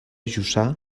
jussà